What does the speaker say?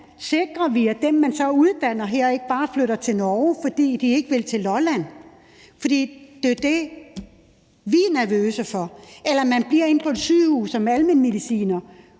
sikrer, at dem, man så uddanner her, ikke bare flytter til Norge, fordi de ikke vil til Lolland? For det er jo det, vi er nervøse for? Eller hvad hvis man bliver inde på et sygehus som almen mediciner,